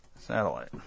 satellite